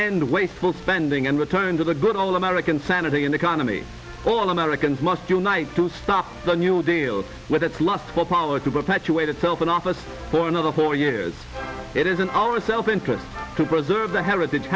and wasteful spending and return to the good ole american sanity and economy all americans must unite to stop the new deals with its lust for power to perpetuate itself in office for another four years it is in our self interest to preserve the heritage